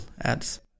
ads